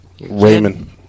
Raymond